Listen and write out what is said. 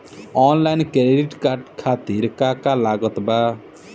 Online credit card खातिर का का लागत बा?